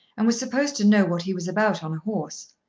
and was supposed to know what he was about on a horse.